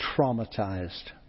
traumatized